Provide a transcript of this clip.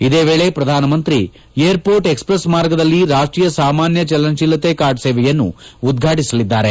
ಇದೇ ವೇಳೆ ಪ್ರಧಾನ ಮಂತ್ರಿ ಏರ್ಮೋರ್ಟ್ ಎಕ್ಸ್ಪ್ರೆಸ್ ಮಾರ್ಗದಲ್ಲಿ ರಾಷ್ಷೀಯ ಸಾಮಾನ್ಯ ಚಲನಶೀಲತೆ ಕಾರ್ಡ್ ಸೇವೆಯನ್ನು ಉದ್ವಾಟಿಸಲಿದ್ದಾರೆ